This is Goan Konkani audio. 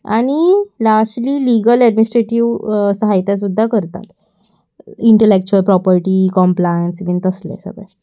आनी लास्टली लिगल एडमिनिस्ट्रेटीव सहायता सुद्दां करतात इंटलॅक्चुअल प्रॉपर्टी कॉम्प्लायन्स बीन तसलें सगळें